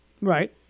Right